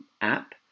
app